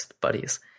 buddies